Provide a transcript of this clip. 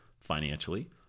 financially